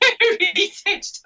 research